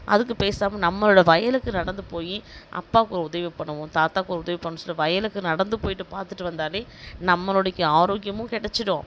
அதுக்கு பேசாமல் நம்மளோடய வயலுக்கு நடந்து போய் அப்பாவுக்கு உதவி பண்ணுவோம் தாத்தாக்கு உதவி பண்ணுவோம்னு சொல்லி வயலுக்கு நடந்து போயிட்டு பார்த்துட்டு வந்தாலே நம்மளோடைக்கு ஆரோக்கியம் கிடச்சிடும்